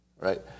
right